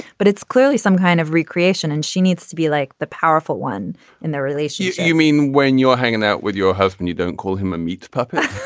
but it's clearly some kind of recreation and she needs to be like the powerful one in their relationships you mean when you're hanging out with your husband you don't call him a meat puppet